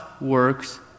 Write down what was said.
works